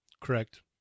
Correct